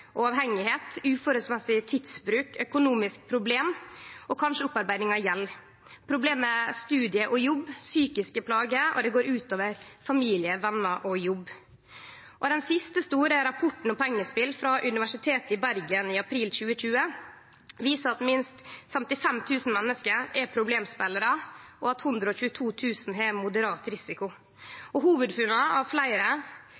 og avhengigheit uforholdsmessig tidsbruk, økonomiske problem og kanskje opparbeiding av gjeld, problem med studium og jobb, psykiske plager, og det går ut over familie, venar og jobb. Den siste store rapporten om pengespel frå Universitetet i Bergen, frå april 2020, viser at minst 55 000 menneske er problemspelarar, og at 122 000 har moderat